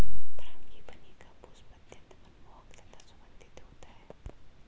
frangipani का पुष्प अत्यंत मनमोहक तथा सुगंधित होता है